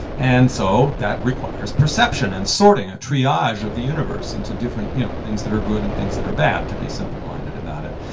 and so that requires perception, and sorting, a triage of the universe, into different you know things that are good and things that are bad, to be simple-minded about it.